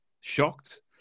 shocked